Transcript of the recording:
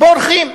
בורחים.